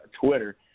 Twitter